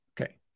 Okay